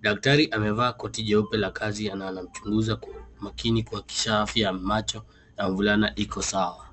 Daktari amevaa koti jeupe la kazi na anamchunguza kwa umakini kuhakisha afya ya macho ya mvulana iko sawa.